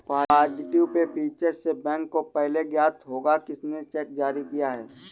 positive pay feature से bank को पहले ज्ञात होगा किसने चेक जारी किया है